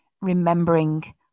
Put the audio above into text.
remembering